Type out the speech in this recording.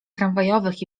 tramwajowych